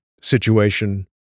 situation